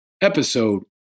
episode